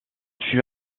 fut